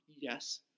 yes